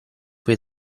poi